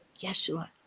Yeshua